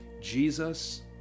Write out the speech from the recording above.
Jesus